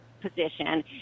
position